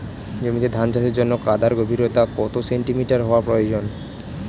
জমিতে ধান চাষের জন্য কাদার গভীরতা কত সেন্টিমিটার হওয়া প্রয়োজন?